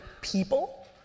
people